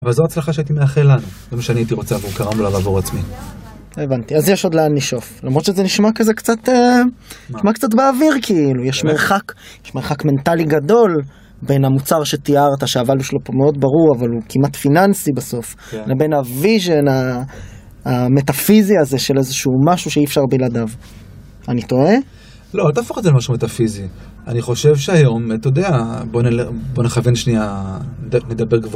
אבל זו ההצלחה שהייתי מאחל לנו, זה מה שאני הייתי רוצה עבור -קרמבולה ועבור עצמי. הבנתי. אז יש עוד לאן לשאוף. למרות שזה נשמע כזה קצת... נשמע קצת באוויר, כאילו. יש מרחק, יש מרחק מנטלי גדול בין המוצר שתיארת, שהואליו שלו מאוד ברור, אבל הוא כמעט פיננסי בסוף, לבין הוויז'ן המטאפיזי הזה של איזשהו משהו שאי אפשר בלעדיו. אני טועה? לא, אל תהפוך את זה למשהו מטאפיזי. אני חושב שהיום, אתה יודע, בוא נכוון שנייה, נדבר גבוה.